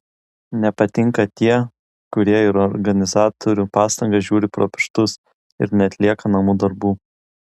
nepatinka tie kurie į organizatorių pastangas žiūri pro pirštus ir neatlieka namų darbų